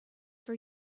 for